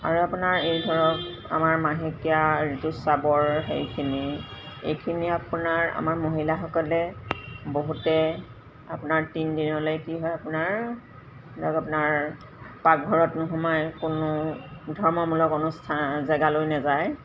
আৰু আপোনাৰ এই ধৰক আমাৰ মাহেকীয়া ঋতুস্ৰাৱৰ সেইখিনি এইখিনি আপোনাৰ আমাৰ মহিলাসকলে বহুতে আপোনাৰ তিনিদিনলৈ কি হয় আপোনাৰ ধৰক আপোনাৰ পাকঘৰত নোসোমায় কোনো ধৰ্মমূলক অনুষ্ঠান জেগালৈ নেযায়